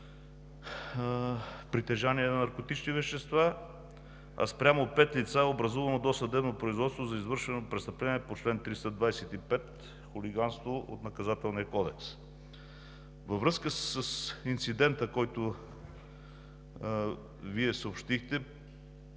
притежание на наркотични вещества, а спрямо пет лица е образувано досъдебно производство за извършено престъпление по чл. 325 – хулиганство от Наказателния кодекс. Във връзка с инцидента, който Вие съобщихте,